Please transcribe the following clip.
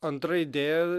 antra idėja